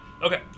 Okay